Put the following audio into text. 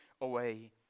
away